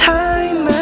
time